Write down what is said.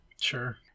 Sure